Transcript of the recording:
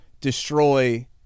destroy